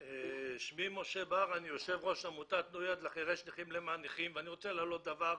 אני יו"ר עמותת תנו יד לחירש נכים למען נכים ואני רוצה להעלות דבר,